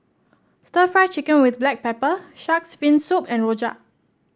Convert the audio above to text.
stir Fry Chicken with Black Pepper shark's fin soup and rojak